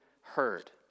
heard